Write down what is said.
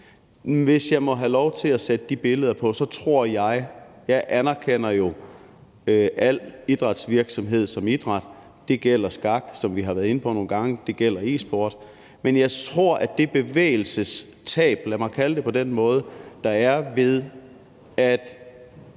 Hvis jeg må have lov til at sætte billeder på, anerkender jeg jo al idrætsvirksomhed som idræt – det gælder skak, som jeg vi har været inde på nogle gange, det gælder e-sport. Men jeg tror, at det bevægelsestab, lad mig sige det på den måde, der er, ved at